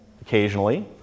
occasionally